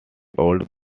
old